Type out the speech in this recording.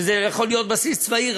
וזה יכול להיות בסיס צבאי,